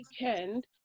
weekend